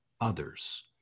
others